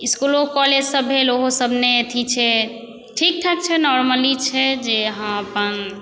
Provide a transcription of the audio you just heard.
इसकुलो कॉलेज सब भेल ओहो सब नहि अथी छै ठीक ठाक छै नॉरमली छै जे हँ अपन